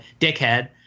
dickhead